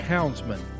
Houndsman